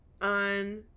on